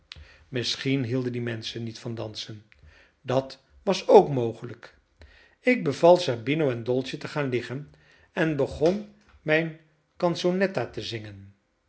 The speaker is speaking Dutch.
misschien hielden die menschen niet van dansen dat was ook mogelijk ik beval zerbino en dolce te gaan liggen en begon mijn cansonetta te zingen